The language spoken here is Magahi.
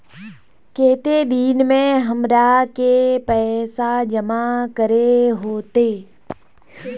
केते दिन में हमरा के पैसा जमा करे होते?